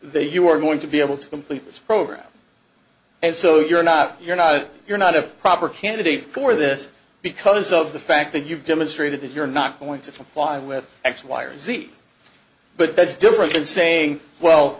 they you are going to be able to complete this program and so you're not you're not you're not a proper candidate for this because of the fact that you've demonstrated that you're not going to fly with x y or z but that's different than saying well